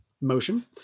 motion